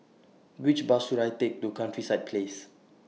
Which Bus should I Take to Countryside Place